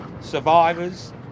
survivors